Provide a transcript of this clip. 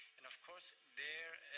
and of course, there,